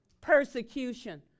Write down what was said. persecution